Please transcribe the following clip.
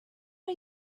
are